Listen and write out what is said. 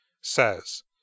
says